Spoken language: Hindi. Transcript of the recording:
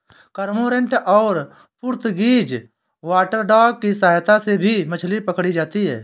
कर्मोंरेंट और पुर्तगीज वाटरडॉग की सहायता से भी मछली पकड़ी जाती है